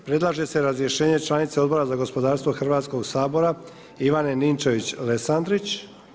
Predlaže se razrješenje članice Odbora za gospodarstvo Hrvatskoga sabora Ivane Ninčević-Lesandrić.